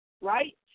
right